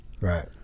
right